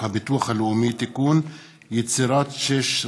עברה ותחזור לוועדת הכלכלה להכנתה לקריאה שנייה ושלישית.